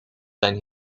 zijn